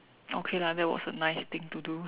okay lah that was a nice thing to do